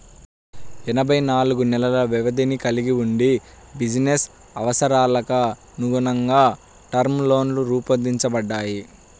ఎనభై నాలుగు నెలల వ్యవధిని కలిగి వుండి బిజినెస్ అవసరాలకనుగుణంగా టర్మ్ లోన్లు రూపొందించబడ్డాయి